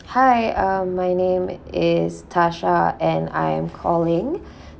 hi uh my name is tasha and I'm calling